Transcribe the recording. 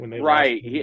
right